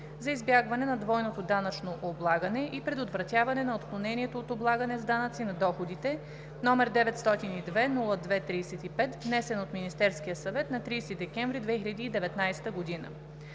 за избягване на двойното данъчно облагане и предотвратяване на отклонението от облагане с данъци на доходите, № 902-02-35, внесен от Министерския съвет на 30 декември 2019 г.